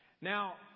Now